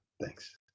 thanks